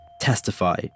testify